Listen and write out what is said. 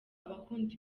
abakunda